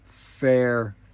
fair